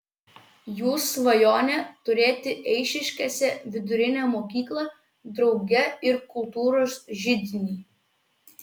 jų svajonė turėti eišiškėse vidurinę mokyklą drauge ir kultūros židinį